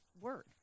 word